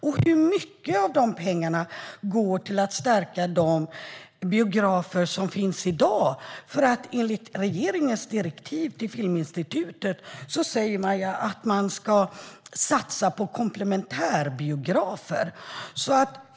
Och hur mycket av de pengarna går till att stärka de biografer som finns i dag? I regeringens direktiv till Filminstitutet säger man ju att man ska satsa på komplementärbiografer.